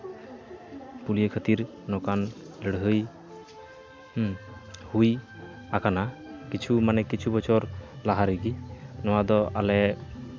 ᱯᱩᱞᱭᱟᱹ ᱠᱷᱟᱹᱛᱤᱨ ᱱᱚᱝᱠᱟᱱ ᱞᱟᱹᱲᱦᱟᱹᱭ ᱦᱩᱸ ᱦᱩᱭ ᱟᱠᱟᱱᱟ ᱠᱤᱪᱷᱩ ᱢᱟᱱᱮ ᱠᱤᱪᱷᱩ ᱵᱚᱪᱷᱚᱨ ᱞᱟᱦᱟ ᱨᱮᱜᱮ ᱱᱚᱣᱟ ᱫᱚ ᱟᱞᱮ